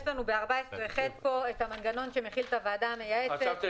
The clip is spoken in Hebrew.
יש לנו בסעיף 14ח את המנגנון שמחיל את הוועדה המייעצת.